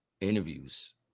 interviews